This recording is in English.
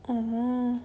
orh